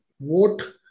vote